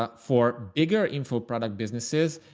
ah for bigger info product businesses,